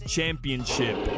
Championship